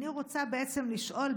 אני רוצה בעצם לשאול,